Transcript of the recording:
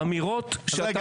האמירות שאתה אמרת --- רגע,